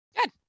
Good